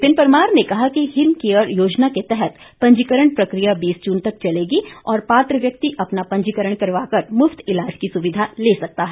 विपिन परमार ने कहा कि हिम केयर योजना के तहत पंजीकरण प्रक्रिया बीस जून तक चलेगी और पात्र व्यक्ति अपना पंजीकरण करवा कर मुफ्त इलाज की सुविधा ले सकता है